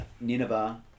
Nineveh